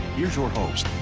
here's your host,